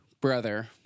brother